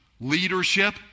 leadership